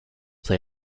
play